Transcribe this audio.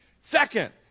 Second